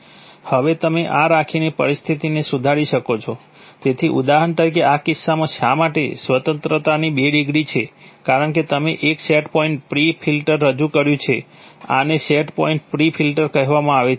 હવે તમે આ રાખીને પરિસ્થિતિને સુધારી શકો છો તેથી ઉદાહરણ તરીકે આ કિસ્સામાં શા માટે સ્વતંત્રતાની બે ડિગ્રી છે કારણ કે તમે એક સેટ પોઇન્ટ પ્રી ફિલ્ટર રજૂ કર્યું છે આને સેટ પોઇન્ટ પ્રી ફિલ્ટર કહેવામાં આવે છે